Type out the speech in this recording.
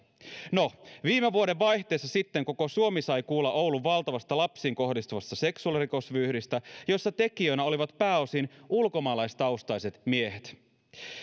no viime vuoden vaihteessa sitten koko suomi sai kuulla oulun valtavasta lapsiin kohdistuvasta seksuaalirikosvyyhdistä jossa tekijöinä olivat pääosin ulkomaalaistaustaiset miehet